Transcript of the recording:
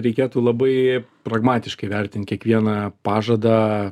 reikėtų labai pragmatiškai vertint kiekvieną pažadą